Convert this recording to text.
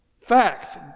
facts